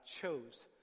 chose